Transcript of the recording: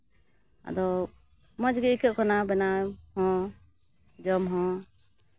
ᱟᱫᱚ ᱢᱚᱡᱽ ᱜᱮ ᱟᱹᱭᱠᱟᱹᱜ ᱠᱟᱱᱟ ᱵᱮᱱᱟᱣ ᱦᱚᱸ ᱡᱚᱢ ᱦᱚᱸ